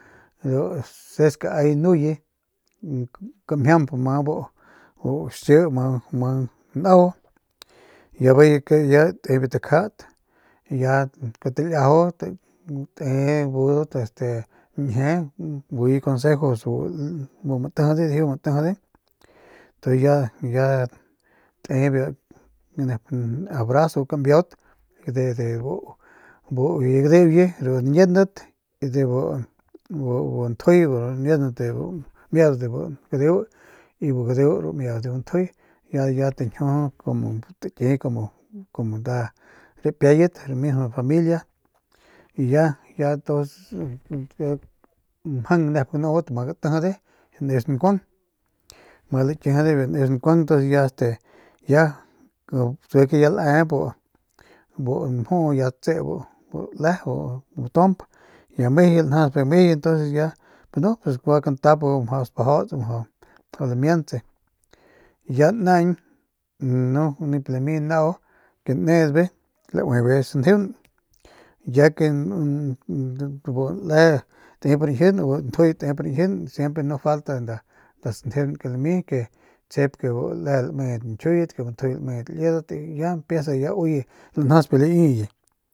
Ru seskaay nuye kamjiamp ama bu bu xiki ama najau y bijiy ya te biu takjat ya kuajau taliajau te budat este ñjie buye consejos bu matijide tu ya ya te biu nep na abrazo biu kambiaut buye gadeuye de de buye gadeuye ru ñiendat bu ntjuy ñiendat de mieudat de bu gadeu y bu gadeu mieudat de bu ntjuy ya ya tañjiu como taki como como nda rapiayat de bu mismo familia y ya entonces mjang nik ganubat ma gatijide en biu neus nkuang ma lakijide biu neus nkuang ntuns ya kese laayp bu mjuu ya tse bu le bu matuamp ya meju lanjasp mejuye y pues no guakantap bi mjau spajauts mjau lamiantse y ya naañ nu nip lami lami nau ke needbe laube sanjeung ya ke bu le tep rañjiun bu ntjuy tep rañjiun siempre no falta nda sanjeun ke lami que tsjep bu le lamedat ñjiuyet bu ntjuy lamedat liedat ya empieza ya uye lanjasp laiuye.